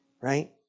right